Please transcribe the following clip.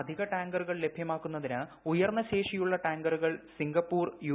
അധിക ടാങ്കറുകൾ ലഭ്യമാക്കുന്നത്തിന്ടു ഉയർന്ന ശേഷിയുള്ള ടാങ്കറുകൾ സിംഗപ്പൂർ യു